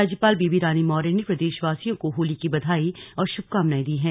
राज्यपाल बेबी रानी मौर्य ने प्रदेशवासियों को होली की बधाई और श्भकामनाएं दी हैं